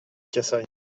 cassagne